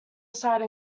side